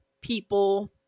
people